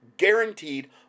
guaranteed